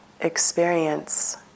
experience